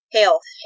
health